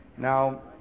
now